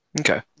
Okay